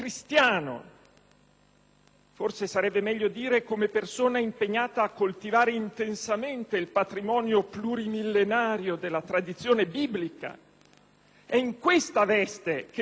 (forse sarebbe meglio dire come persona impegnata a coltivare intensamente il patrimonio plurimillenario della tradizione biblica), è in questa veste che mi rammarico